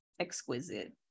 exquisite